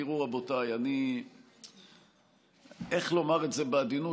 תראו, רבותיי, איך לומר את זה בעדינות?